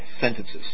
sentences